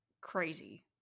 crazy